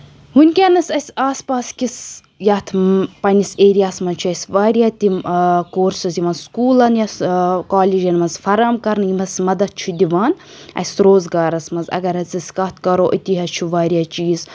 وٕنکیٚنَس أسۍ آس پاس کِس یَتھ پَنٕنِس ایریاہَس منٛز چھِ أسۍ واریاہ تِم کورسِز یِوان سکوٗلَن یا کالیجَن منٛز فراہَم کَرنہٕ یِم حظ مَدَتھ چھُ دِوان اَسہِ روزگارَس منٛز اَگر حظ أسۍ کَتھ کَرو أتی حظ چھُ واریاہ چیٖز